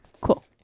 cool